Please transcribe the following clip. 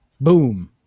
Boom